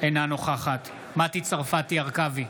אינה נוכחת מטי צרפתי הרכבי,